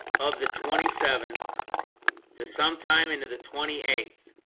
of the twenty seventh to sometime into the twenty eighth